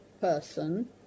person